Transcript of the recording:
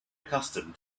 accustomed